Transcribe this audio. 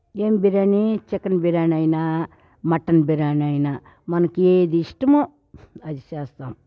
ఏం బిర్యాని చికెన్ బిర్యాని అయినా మటన్ బిర్యాని అయినా మనకి ఏది ఇష్టమో అది చేస్తాము